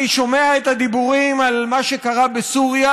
אני שומע את הדיבורים על מה שקרה בסוריה